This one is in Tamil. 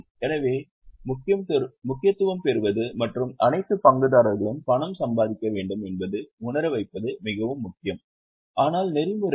எனவே முக்கியத்துவம் பெறுவது மற்றும் அனைத்து பங்குதாரர்களும் பணம் சம்பாதிக்க வேண்டும் என்பதை உணர வைப்பது மிகவும் முக்கியம் ஆனால் நெறிமுறை முறையில்